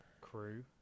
crew